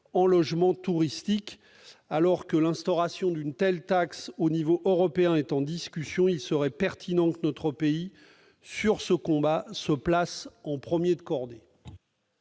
en logements touristiques. Alors que l'instauration d'une telle taxe à l'échelon européen est en discussion, il serait pertinent que notre pays, sur ce combat, se place en premier de cordée.